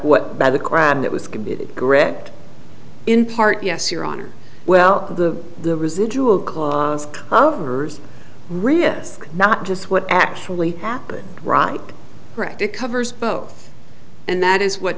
what by the crown that was could be correct in part yes your honor well the the residual clause covers risk not just what actually happened right correct it covers both and that is what